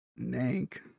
Nank